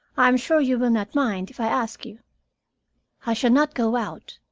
i am sure you will not mind if i ask you i shall not go out.